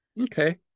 okay